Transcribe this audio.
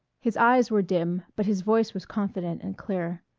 his eyes were dim but his voice was confident and clear.